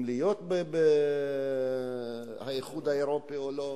אם להיות באיחוד האירופי או לא.